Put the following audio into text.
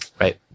Right